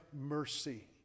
mercy